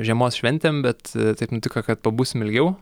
žiemos šventėm bet taip nutiko kad pabūsim ilgiau